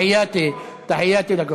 ברכותי לכם.)